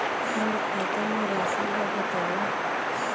मोर खाता म राशि ल बताओ?